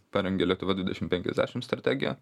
parengė lietuva dvidešim penkiasdešim strategiją